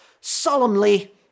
solemnly